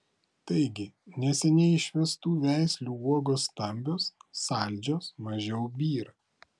taigi neseniai išvestų veislių uogos stambios saldžios mažiau byra